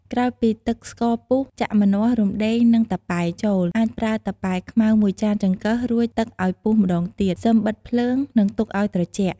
ក្រោយពីទឹកស្ករពុះ ចាក់ម្នាស់ រំដេង និង តាប៉ែចូល អាចប្រើតាប៉ែខ្មៅ ១ចានចង្កឹះ រួចទឹកឱ្យពុះម្ដងទៀត សឹមបិទភ្លើង និងទុកឱ្យត្រជាក់។